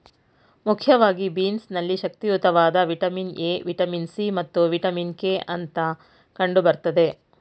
ಮುಖ್ಯವಾಗಿ ಬೀನ್ಸ್ ನಲ್ಲಿ ಶಕ್ತಿಯುತವಾದ ವಿಟಮಿನ್ ಎ, ವಿಟಮಿನ್ ಸಿ ಮತ್ತು ವಿಟಮಿನ್ ಕೆ ಅಂಶ ಕಂಡು ಬರ್ತದೆ